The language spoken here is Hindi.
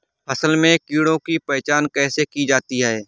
फसल में कीड़ों की पहचान कैसे की जाती है?